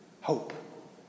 Hope